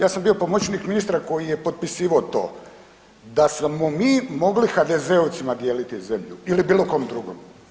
Ja sam bio pomoćnik ministra koji je potpisivao to, da smo mogli mi HDZ-ovcima dijeliti zemlju ili bilo kom drugom.